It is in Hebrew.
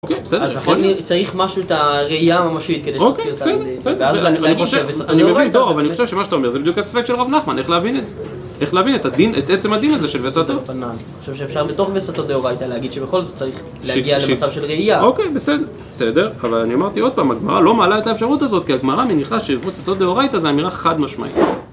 -אוקיי, בסדר. יכול להיות. -אז לכן צריך משהו... את הראייה הממשית, כדי שתשאיר את... -אוקיי, בסדר. בסדר. זה... -ואז להגיד שהווסתות דאורייתא... אני מבין, דור. אבל אני חושב שמה שאתה אומר זה בדיוק ההספק של רב נחמן, איך להבין את זה. איך להבין את הדין... את עצם הדין הזה של וסתות. -אני חושב שאפשר בתוך וסתות דאורייתא להגיד שבכל זאת צריך להגיע למצב של ראייה. -אוקיי, בסדר, בסדר. אבל אני אמרתי עוד פעם, הגמרא לא מעלה את האפשרות הזאת, כי הגמרא מניחה שדוסתות דאורייתא זה אמירה חד משמעית